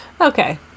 Okay